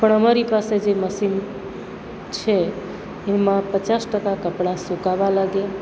પણ અમારી પાસે જે મશીન છે એમાં પચાસ ટકા કપડાં સુકાવા લાગ્યા